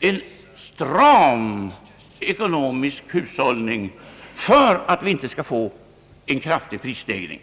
en stram ekonomisk hushållning för att vi inte skall få en kraftig prisstegring!